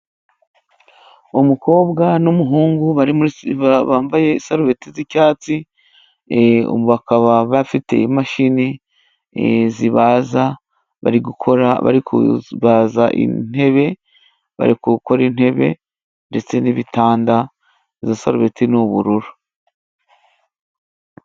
Umukobwa n'umuhungu bari muri siriveya bambaye isarubeti z'icyatsi, bakaba bafite imashini zibaza, bari gukora , bari kubaza intebe, bari gukora intebe ndetse n'ibitanda, izo sarubeti ni ubururu.